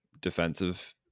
defensive